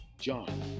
John